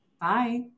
Bye